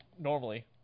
normally